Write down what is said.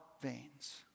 veins